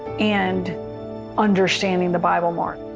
and understanding the bible more.